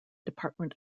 department